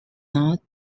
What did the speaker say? not